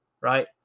right